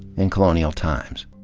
in colonia l times.